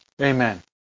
Amen